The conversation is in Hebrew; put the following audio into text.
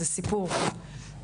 זה סיפור,